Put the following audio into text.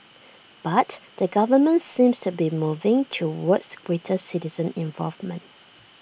but the government seems to be moving towards greater citizen involvement